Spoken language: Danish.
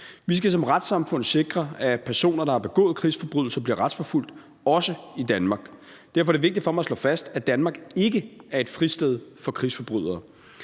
Vi skal som retssamfund sikre, at personer, der har begået krigsforbrydelser, bliver retsforfulgt, også i Danmark. Derfor er det vigtigt for mig at slå fast, at Danmark ikke er et fristed for krigsforbrydere.